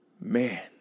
Man